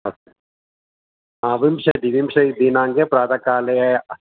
अस्तु हा विंशति विंशतिदिनाङ्के प्रातःकाले